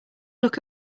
look